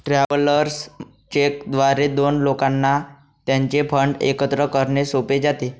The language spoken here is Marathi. ट्रॅव्हलर्स चेक द्वारे दोन लोकांना त्यांचे फंड एकत्र करणे सोपे जाते